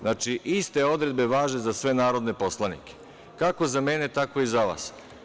Znači, iste odredbe važe za sve narodne poslanike, kako za mene, tako i za vas.